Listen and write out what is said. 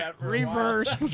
Reverse